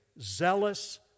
zealous